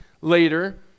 later